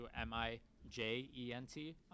M-I-J-E-N-T